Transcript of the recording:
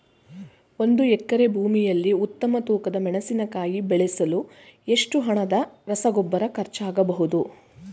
ಒಂದು ಎಕರೆ ಭೂಮಿಯಲ್ಲಿ ಉತ್ತಮ ತೂಕದ ಮೆಣಸಿನಕಾಯಿ ಬೆಳೆಸಲು ಎಷ್ಟು ಹಣದ ರಸಗೊಬ್ಬರ ಖರ್ಚಾಗಬಹುದು?